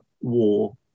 war